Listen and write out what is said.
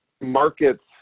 markets